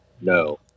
no